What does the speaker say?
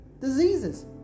diseases